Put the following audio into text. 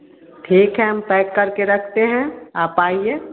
ठीक है हम पैक करके रखते है आप आइए